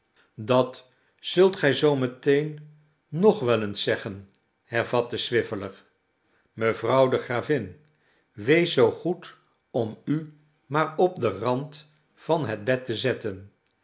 dat zult gij zoo meteen nog wel eens zeggen hervatte swiveller mevrouw de gravin wees zoo goed om u maar op den rand van het bed te zetten